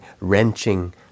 wrenching